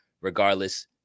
regardless